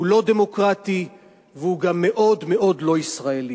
הוא לא דמוקרטי והוא גם מאוד מאוד לא ישראלי.